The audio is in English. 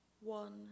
One